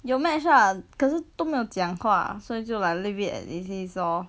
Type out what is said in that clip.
有 match lah 可是都没有讲话所以就 like leave it as it is lor